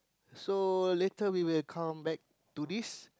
so later we will come back to this